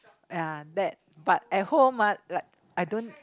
ya that but at home ah like I don't